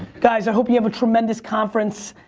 guys, i hope you have a tremendous conference.